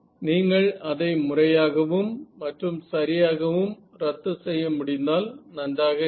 நீங்கள் அதை முறையாகவும் மற்றும் சரியாகவும் ரத்து செய்ய முடிந்தால் நன்றாக இருக்கும்